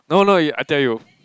no no you I tell you